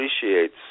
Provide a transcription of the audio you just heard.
appreciates